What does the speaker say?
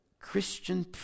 Christian